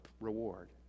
reward